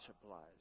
supplies